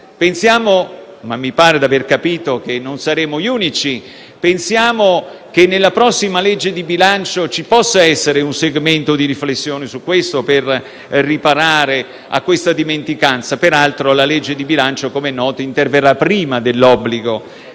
Pensiamo - ma mi pare d'aver capito che non saremo gli unici - che nella prossima legge di bilancio ci possa essere un segmento di riflessione su questo aspetto, per riparare a una tale dimenticanza. Peraltro, la legge di bilancio - come é noto - interverrà prima dell'obbligo